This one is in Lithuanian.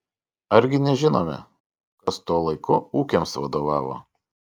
argi nežinome kas tuo laiku ūkiams vadovavo